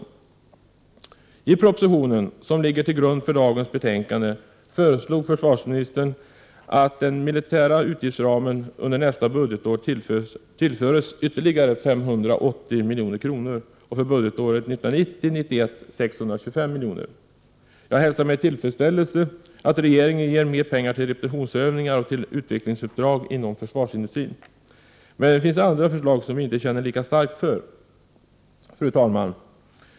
I den proposition som ligger till grund för dagens betänkande föreslår försvarsministern att den militära utgiftsramen under nästa budgetår tillförs ytterligare 580 milj.kr. och 625 miljoner för budgetåret 1990/91. Jag hälsar med tillfredsställelse att regeringen föreslår mer pengar till repetitionsövningar och till utvecklingsuppdrag inom försvarsindustrin. Men det finns andra förslag som vi inte känner lika starkt för. Fru talman!